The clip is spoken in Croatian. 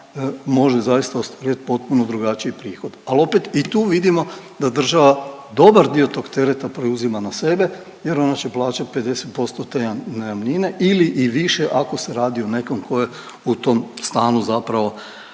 može zaista ostvariti potpuno drugačiji prihod. Ali opet i tu vidimo da država dobar dio tog tereta preuzima na sebe, jer ona će plaćati 50% te najamnine ili i više ako se radi o nekom tko je u tom stanu zapravo